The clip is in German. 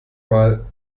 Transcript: mal